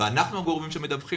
ואנחנו הגורם שמדווח,